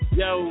yo